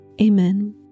Amen